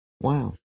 Wow